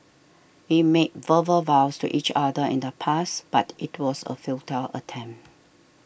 we made verbal vows to each other in the past but it was a futile attempt